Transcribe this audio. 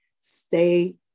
stay